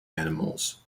animals